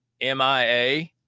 MIA